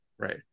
Right